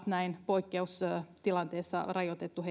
näin poikkeustilanteessa rajoitettu